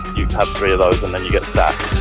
you have three of those and then you get sacked.